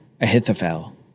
Ahithophel